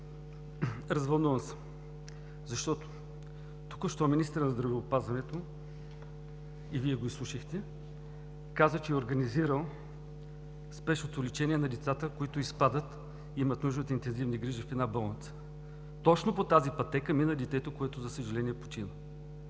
развълнуван съм, защото току-що министърът на здравеопазването – и Вие го слушахте, каза, че е организирал спешното лечение на децата, които изпадат и имат нужда от интензивни грижи в една болница. Точно по тази пътека мина детето, което, за съжаление, почина.